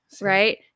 Right